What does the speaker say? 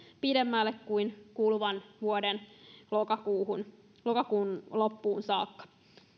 pidemmälle kuin kuluvan vuoden lokakuun loppuun saakka